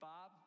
Bob